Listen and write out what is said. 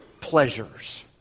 pleasures